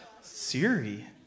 Siri